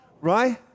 Right